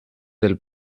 del